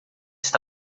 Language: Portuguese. está